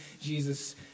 Jesus